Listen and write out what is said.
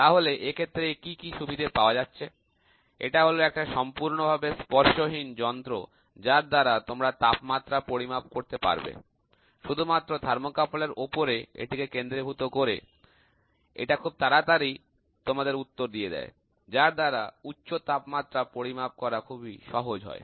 তাহলে এক্ষেত্রে কি কি সুবিধা পাওয়া যাচ্ছে এটা হল একটা সম্পূর্ণভাবে স্পর্শহীন যন্ত্র যার দ্বারা তোমরা তাপমাত্রা পরিমাপ করতে পারবে শুধুমাত্র থার্মোকাপল এর ওপরে এটিকে কেন্দ্রীভূত করে এটা খুব তাড়াতাড়ি তোমাদের উত্তর দেয় যার দ্বারা উচ্চ তাপমাত্রা পরিমাপ করা খুবই সহজ হয়